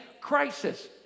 crisis